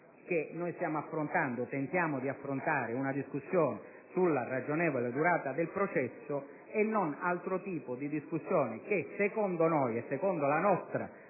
che stiamo affrontando, o tentiamo di affrontare, una discussione sulla ragionevole durata del processo e non altro tipo di discussione che, secondo la nostra